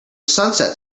sunset